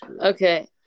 Okay